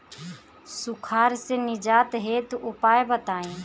सुखार से निजात हेतु उपाय बताई?